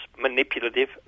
manipulative